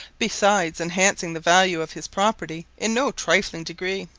besides enhancing the value of his property in no trifling degree.